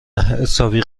حسابی